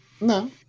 No